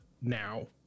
now